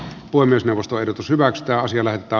voi myös neuvosto eli pysyvä ekstraa sillä että